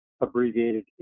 abbreviated